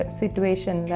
situation